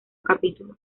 capítulo